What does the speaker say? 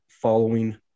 Following